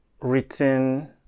written